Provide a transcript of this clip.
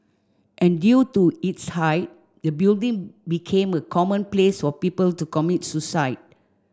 and due to its height the building became a common place for people to commit suicide